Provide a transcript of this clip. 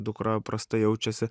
dukra prastai jaučiasi